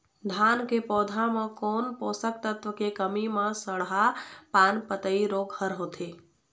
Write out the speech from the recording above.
धान के पौधा मे कोन पोषक तत्व के कमी म सड़हा पान पतई रोग हर होथे?